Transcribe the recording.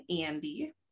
Andy